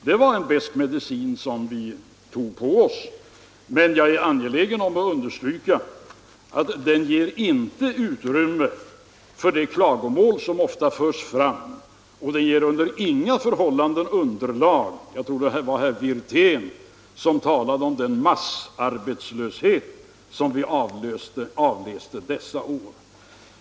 Det var en besk medicin som vi fick ta, men jag är angelägen om att understryka att den inte ger utrymme för de klagomål som ofta förs fram. Jag tror att det var herr Wirtén som talade om den massarbetslöshet som vi avläste dessa år.